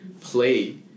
play